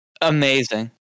Amazing